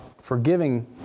Forgiving